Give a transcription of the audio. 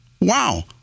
wow